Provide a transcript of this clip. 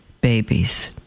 babies